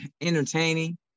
entertaining